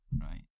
Right